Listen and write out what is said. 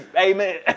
amen